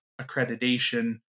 accreditation